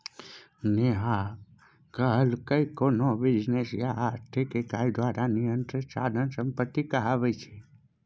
नेहा कहलकै कोनो बिजनेस या आर्थिक इकाई द्वारा नियंत्रित साधन संपत्ति कहाबै छै